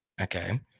Okay